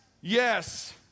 yes